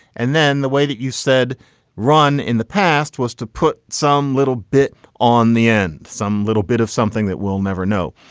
and then the way that you said run in the past was to put some little bit on the end, some little bit of something that we'll never know,